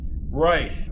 Right